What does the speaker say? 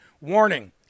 Warning